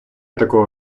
такого